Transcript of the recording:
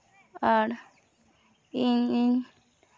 ᱟᱨ ᱤᱧᱤᱧ